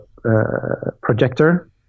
projector